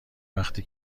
وقتی